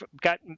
got